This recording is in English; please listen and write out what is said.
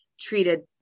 treated